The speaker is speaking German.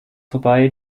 vorbei